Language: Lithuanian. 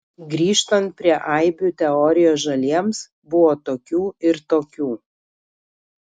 grįžtant prie aibių teorijos žaliems buvo tokių ir tokių